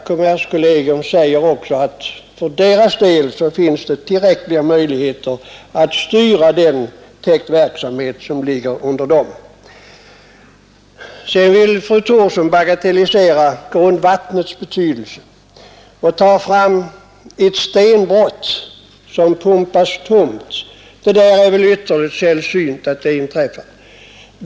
Kommerskollegium säger också att för dess del finns det tillräckliga möjligheter att styra den täktverksamhet som ligger under kollegiet. Fru Thorsson vill bagatellisera grundvattnets betydelse och nämner som exempel ett stenbrott som pumpas tomt. Det är väl ytterligt sällsynt att det inträffar.